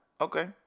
okay